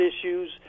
issues